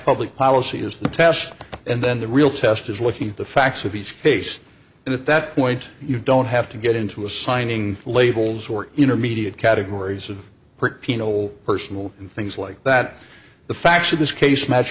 public policy is the test and then the real test is looking at the facts of each case and at that point you don't have to get into assigning labels or intermediate categories of pretty penal personal things like that the facts of this case match